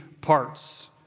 parts